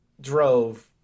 drove